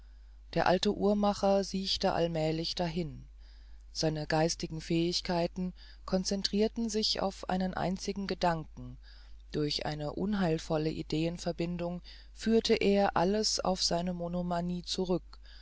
der alte uhrmacher siechte allmälig dahin seine geistigen fähigkeiten concentrirten sich auf einen einzigen gedanken durch eine verhängnißvolle ideenverbindung führte er alles auf seine monomanie zurück